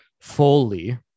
fully